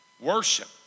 Worship